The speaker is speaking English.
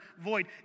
void